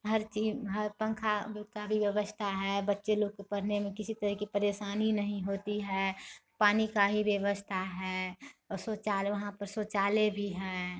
हर चीज हैं बाहर पंखा उसका भी व्यवस्था है बच्चे लोग को पढ़ने में किसी तरह की परेशानी नहीं होती है पानी का ही व्यवस्था है औ सुचारू वहाँ पर शौचालय भी है